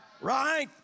Right